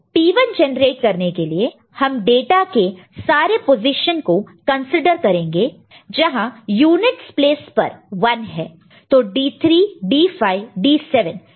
तो P1 generate करने के लिए हम डाटा के सारी पोजीशन को कंसीडर करेंगे जहां यूनिटस प्लेस पर 1 है